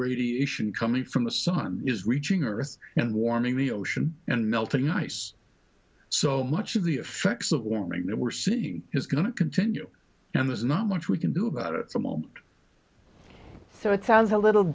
radiation coming from the sun is reaching earth and warming the ocean and melting ice so much of the effects of warming that we're seeing is going to continue and there's not much we can do about it some won't so a thousand little